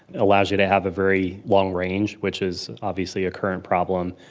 allows you to have a very long range, which is obviously a current problem,